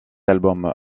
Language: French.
album